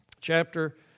Chapter